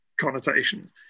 connotations